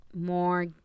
more